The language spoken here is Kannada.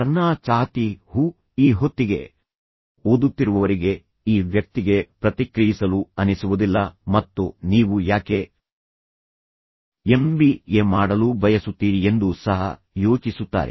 ಕರ್ನಾ ಚಾಹತಿ ಹೂ ಈ ಹೊತ್ತಿಗೆ ಓದುತ್ತಿರುವವರಿಗೆ ಈ ವ್ಯಕ್ತಿಗೆ ಪ್ರತಿಕ್ರಿಯಿಸಲು ಅನಿಸುವುದಿಲ್ಲ ಮತ್ತು ನೀವು ಯಾಕೆ ಎಂಬಿಎ ಮಾಡಲು ಬಯಸುತ್ತೀರಿ ಎಂದು ಸಹ ಯೋಚಿಸುತ್ತಾರೆ